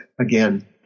again